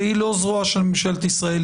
שהיא לא זרוע של ממשלת ישראל.